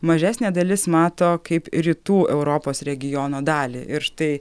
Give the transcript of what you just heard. mažesnė dalis mato kaip rytų europos regiono dalį ir štai